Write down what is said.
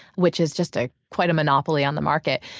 which is just ah quite a monopoly on the market.